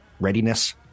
readiness